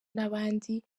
n’abandi